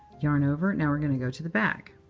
yarn over. now, we're going to go to the back.